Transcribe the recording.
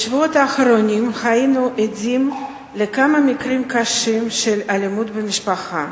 בשבועות האחרונים היינו עדים לכמה מקרים קשים של אלימות במשפחה,